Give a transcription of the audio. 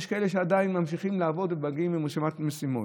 יש כאלה שעדיין ממשיכים לעבוד ומגיעים עם רשימת משימות.